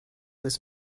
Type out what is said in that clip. was